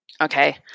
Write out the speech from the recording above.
Okay